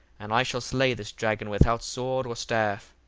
and i shall slay this dragon without sword or staff.